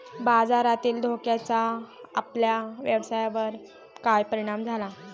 बाजारातील धोक्याचा आपल्या व्यवसायावर कसा परिणाम झाला?